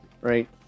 right